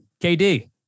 KD